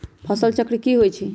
फसल चक्र की होई छै?